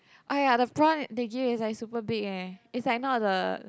oh ya ya the prawn they give is like super big leh it's not the